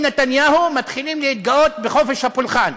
נתניהו ומתחילים להתגאות בחופש הפולחן.